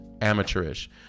amateurish